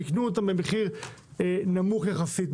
הם ייקנו אותן במחיר נמוך יחסית,